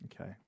Okay